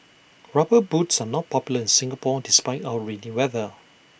rubber boots are not popular in Singapore despite our rainy weather